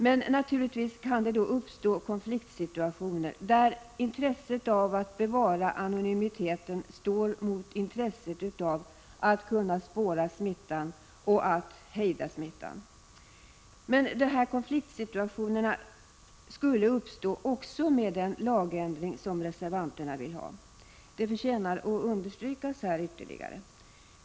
Men naturligtvis kan det uppstå konfliktsituationer. Intresset av att bevara anonymiteten står då mot intresset av att kunna spåra smittan och att kunna hejda denna. De här konfliktsituationerna skulle uppstå även om reservanternas förslag till lagändring förverkligades. Det förtjänar att understrykas.